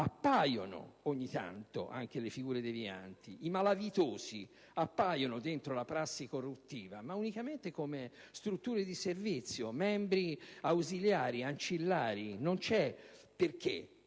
appaiono anche le figure devianti. I malavitosi appaiono dentro la prassi corruttiva, ma unicamente come strutture di servizio, come membri ausiliari e ancillari. Questo perché